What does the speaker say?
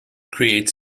creates